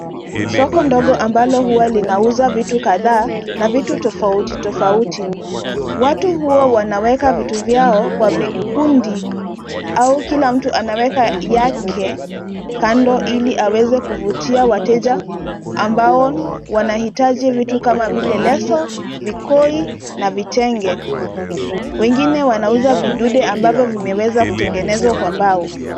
Soko ndogo ambalo huwa linauza vitu kadhaa na vitu tofauti tofauti. Watu huwa wanaweza vitu vyao kwa vikundi au kila mtu anaweza yake kando ili aweze kuvutia wateja ambao wanahitaji vitu kama vile leso vikoi na vitenge. Wengine wanauza vidude ambavyo vimeweza kutengenezwa kwa mbao.